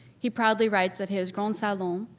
he proudly writes that his grand salon,